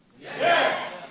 Yes